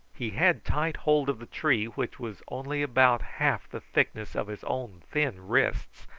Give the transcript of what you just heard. he had tight hold of the tree, which was only about half the thickness of his own thin wrists,